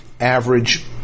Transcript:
average